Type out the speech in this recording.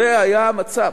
זה היה המצב.